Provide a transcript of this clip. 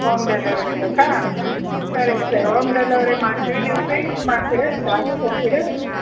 ohm delivery ಬೇಕಾ ಸರಿ sir home delivery ಮಾಡ್ತೀವಿ ನೀವು ಪೇ ಹೆಂಗ್ ಮಾಡ್ತೀರಾ ಕಾಸು ಕೊಡ್ತೀರಾ ಅಥವಾ